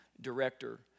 director